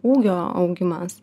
ūgio augimas